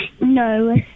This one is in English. no